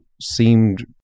seemed